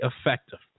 effective